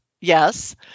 Yes